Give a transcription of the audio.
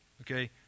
okay